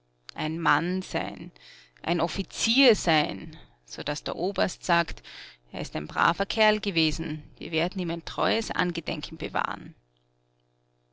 ein mann sein ein offizier sein so daß der oberst sagt er ist ein braver kerl gewesen wir werden ihm ein treues angedenken bewahren